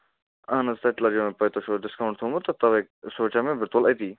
اہن حظ تَتہِ لَگیو مےٚ پَتہٕ تۄہہِ چھُوٕ ڈِسکاوُنٛٹ تھومُت تہٕ تَوَے سونٛچو مےٚ بہٕ تُلہٕ أتی